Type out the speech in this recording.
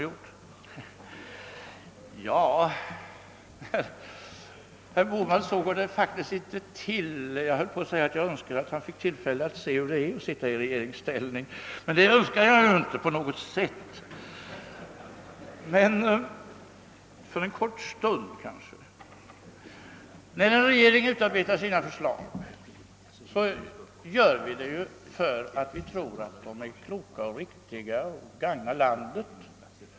Men, herr Bohman, så går det faktiskt inte till. Jag höll på att säga att jag önskade att herr Bohman finge tillfälle att se hur det är att sitta i regeringsställning; men det önskar jag ju inte på något sätt — det skulle då vara för en kort stund. När regeringen utarbetar sina förslag gör den det i tron, att de är kloka och riktiga och att de gagnar landet.